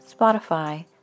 spotify